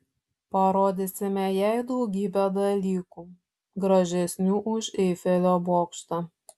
parodysime jai daugybę dalykų gražesnių už eifelio bokštą